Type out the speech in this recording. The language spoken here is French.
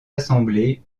assemblées